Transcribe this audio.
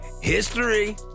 History